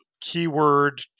Keyword